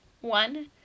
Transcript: One